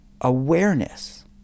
awareness